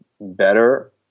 better